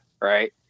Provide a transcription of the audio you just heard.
right